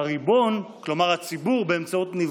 כלומר, זו לא עצה,